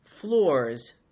floors